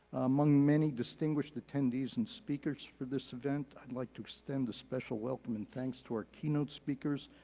among many distinguished attendees and speakers for this event, i'd like to extend a special welcome and thanks to our keynote speakers,